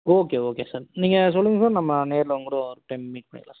okay okay sir நீங்கள் சொல்லுங்கள் sir நம்ம நேரில் உங்க கூடோ ஒரு டைம் மீட் பண்ணிக்கிலாம் சார்